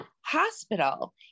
hospital